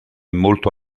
molto